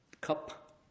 cup